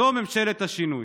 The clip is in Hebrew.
זו ממשלת השינוי.